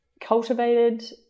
cultivated